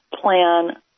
plan